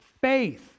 faith